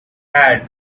had